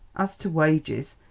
as to wages,